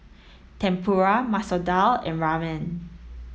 Tempura Masoor Dal and Ramen